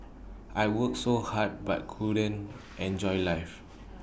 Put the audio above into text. I worked so hard but couldn't enjoy life